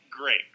great